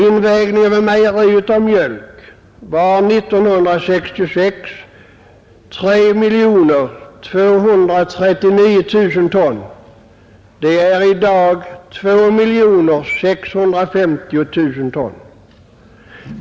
Invägningen vid mejeri av mjölk var 1966 3 239 000 ton men är i dag endast 2 650 000 ton.